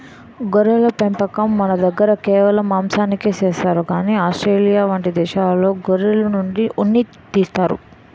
గొర్రెల పెంపకం మనదగ్గర కేవలం మాంసానికే చేస్తారు కానీ ఆస్ట్రేలియా వంటి దేశాల్లో గొర్రెల నుండి ఉన్ని తీస్తారు